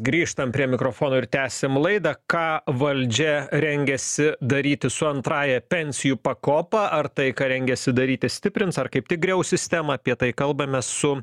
grįžtam prie mikrofonų ir tęsiam laidą ką valdžia rengiasi daryti su antrąja pensijų pakopa ar tai ką rengiasi daryti stiprins ar kaip tik griaus sistemą apie tai kalbamės su